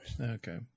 Okay